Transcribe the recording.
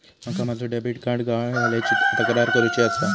माका माझो debit card गहाळ झाल्याची तक्रार करुची आसा